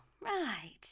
right